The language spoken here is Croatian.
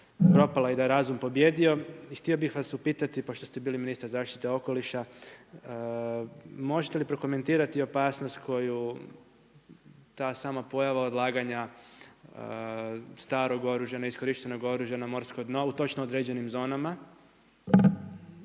propala i da je razum pobijedio. Htio bih vas upitati pošto ste bili ministar zaštite okoliša, možete li prokomentirati opasnost koju ta sama pojava odlaganja strog oružja, neiskorištenog oružja na morsko dno u točno određenim zonama